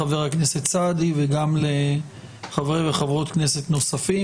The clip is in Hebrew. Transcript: גם לחבר הכנסת סעדי וגם לחברי וחברות הכנסת הנוספים